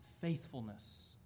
faithfulness